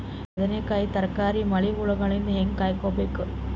ಬದನೆಕಾಯಿ ತರಕಾರಿ ಮಳಿ ಹುಳಾದಿಂದ ಹೇಂಗ ಕಾಯ್ದುಕೊಬೇಕು?